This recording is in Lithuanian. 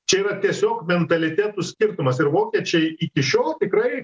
čia yra tiesiog mentalitetų skirtumas ir vokiečiai iki šiol tikrai